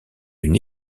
une